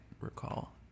recall